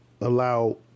allow